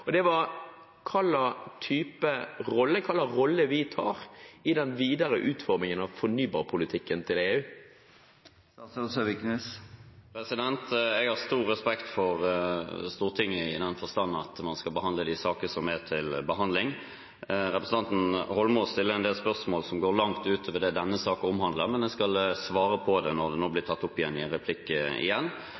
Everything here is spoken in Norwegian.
besvart. Det var hvilken rolle vi tar i den videre utformingen av fornybarpolitikken til EU. Jeg har stor respekt for Stortinget, i den forstand at man skal behandle de sakene som er til behandling. Representanten Eidsvoll Holmås stiller en del spørsmål som går langt utover det denne saken omhandler, men jeg skal svare på dem når de nå blir tatt opp i en replikk.